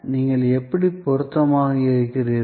நீங்கள் எப்படி பொருத்தமாக இருக்கிறீர்கள்